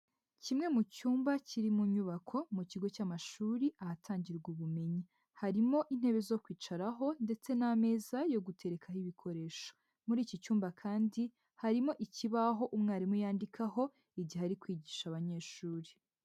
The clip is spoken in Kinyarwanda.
Kimwe mu cyumba kiri mu nyubako mu kigo cy'amashuri ahatangirwa ubumenyi. Harimo intebe zo kwicaraho ndetse n'ameza yo guterekaho ibikoresho. Muri iki cyumba kandi harimo ikibaho umwarimu yandikaho igihe ari kwigisha abanyeshuri.